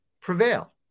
prevail